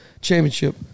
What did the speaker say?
championship